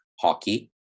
hockey